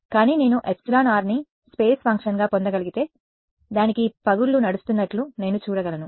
కానీ నేను εr ని స్పేస్ ఫంక్షన్గా పొందగలిగితే దానికి పగుళ్లు నడుస్తున్నట్లు నేను చూడగలను